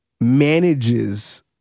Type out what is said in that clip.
manages